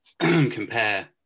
compare